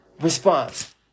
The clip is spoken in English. response